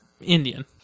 Indian